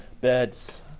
beds